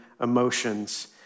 emotions